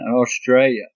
australia